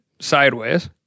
sideways